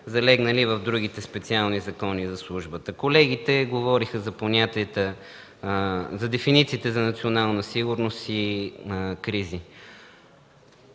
залегнали в другите специални закони за службата. Колегите говореха за понятията, за дефинициите за национална сигурност и кризи.